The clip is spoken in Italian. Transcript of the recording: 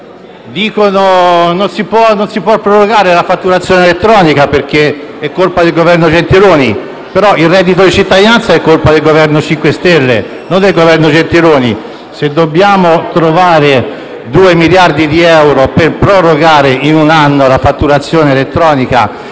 Dicono che non si può prorogare la fatturazione elettronica perché è colpa del Governo Gentiloni Silveri, ma il reddito di cittadinanza è colpa del Governo 5 Stelle, e non del Governo Gentiloni Silveri. Se dobbiamo trovare 2 miliardi di euro per prorogare di un anno la fatturazione elettronica